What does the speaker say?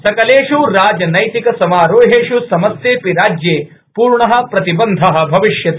सकलेष् राजनीतिक समारोहेष् समस्तेपि राज्ये पूर्ण प्रतिबंध भविष्यति